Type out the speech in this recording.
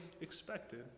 expected